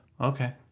Okay